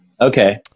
Okay